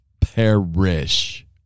perish